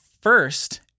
first